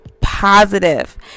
positive